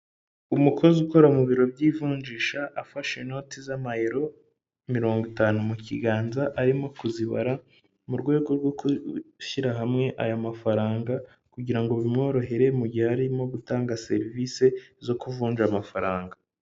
Umukozi ukora mu biro by'ivunjisha afashe inoti z'amayero mirongo itanu mu kiganza arimo kuzibara mu rwego rwo gushyira hamwe aya mafaranga kugira ngo bimworohere mu gihe arimo gutanga serivisi zo kuvunja amafaranga.